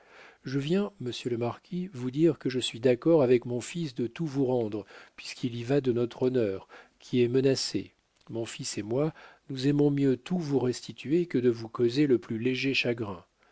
je viens monsieur le marquis vous dire que je suis d'accord avec mon fils de tout vous rendre puisqu'il y va de notre honneur qui est menacé mon fils et moi nous aimons mieux tout vous restituer que de vous causer le plus léger chagrin